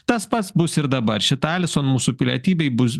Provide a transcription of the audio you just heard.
tas pats bus ir dabar šita alison mūsų pilietybei bus